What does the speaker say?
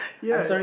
ya ya